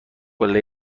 قله